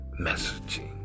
messaging